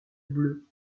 bleu